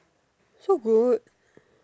so good